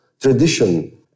tradition